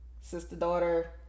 sister-daughter